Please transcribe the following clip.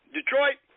Detroit